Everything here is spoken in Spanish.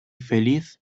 feliz